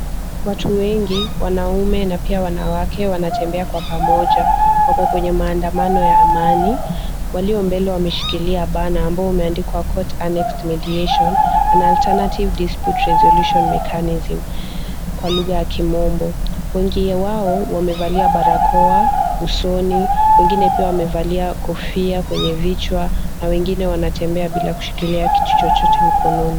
Watoto wengi wanaume na pia wanawake wanatembea kwa pamoja wako kwenye maandamano ya amani. Walio mbele wameshikilia banner ambao umeandikwa court annexed mediation an alternative dispute resolution mechanism kwa lugha ya kimombo. Wengine wao wamevalia barakoa, usoni, wengine pia wamevalia kofia kwenye vichwa na wengine wanatembea bila kushikilia kitu chochote mikononi.